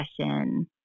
session